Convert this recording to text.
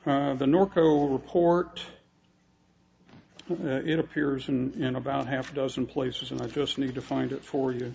the norco report it appears in about half a dozen places and i just need to find it for you